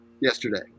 yesterday